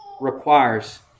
requires